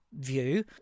view